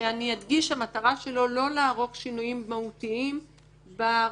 שאני אדגיש שהמטרה שלו לא לערוך שינויים מהותיים ברפורמה.